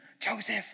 Joseph